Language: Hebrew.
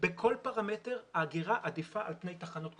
בכל פרמטר האגירה עדיפה על פני תחנות כוח.